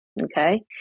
Okay